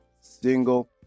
single